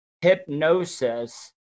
hypnosis